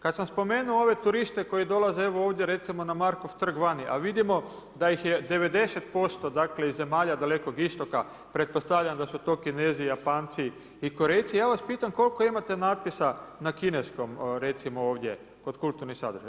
Kad sam spomenuo ove turiste koji dolaze evo ovdje recimo na Markov trg vani, a vidimo da ih je 90% iz zemalja Dalekog istoka, pretpostavljam da su to Kinezi i Japanci i Korejci, ja vas pitam koliko imate natpisana kineskom recimo ovdje kod kulturnih sadržaja?